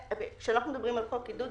כשאנחנו מדברים על חוק עידוד,